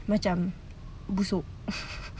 macam busuk